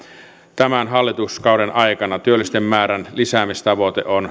tämän hallituskauden aikana työllisten määrän lisäämistavoite on